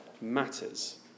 matters